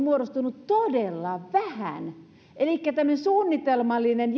muodostunut todella vähän elikkä tämmöisellä suunnitelmallisella